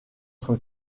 son